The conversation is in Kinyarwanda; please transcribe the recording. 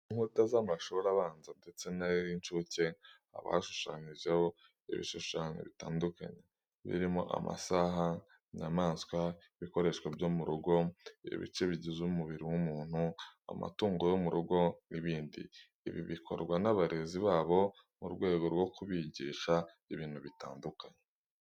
Ku nkuta z'amashuri abanza ndetse n'ay'incuke haba hashushanyijeho ibishushanyo bitandukanye birimo, amasaha, inyamaswa, ibikoresho byo mu rugo, ibice bigize umubiri w'umuntu, amatungo yo mu rugo n'ibindi. Ibi bikorwa n'abarezi babo mu rwego rwo kubigisha ibintu bitandukanye.